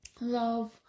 love